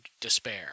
despair